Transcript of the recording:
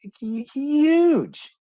huge